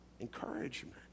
Encouragement